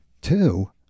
two